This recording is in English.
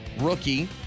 rookie